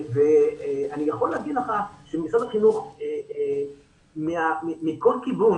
אני יכול להגיד לך שמשרד החינוך מכל כיוון